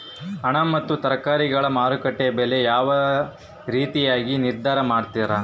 ಹಣ್ಣು ಮತ್ತು ತರಕಾರಿಗಳ ಮಾರುಕಟ್ಟೆಯ ಬೆಲೆ ಯಾವ ರೇತಿಯಾಗಿ ನಿರ್ಧಾರ ಮಾಡ್ತಿರಾ?